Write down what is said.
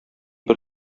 бер